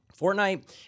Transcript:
Fortnite